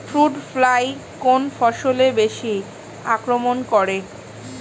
Fruit fly কোন ফসলে বেশি আক্রমন করে?